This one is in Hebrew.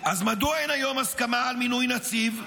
אז מדוע אין היום הסכמה על מינוי נציב?